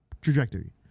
trajectory